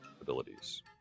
abilities